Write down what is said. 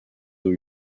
eaux